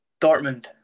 Dortmund